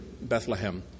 Bethlehem